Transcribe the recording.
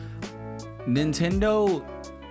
nintendo